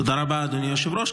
תודה רבה, אדוני היושב-ראש.